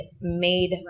made